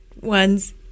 ones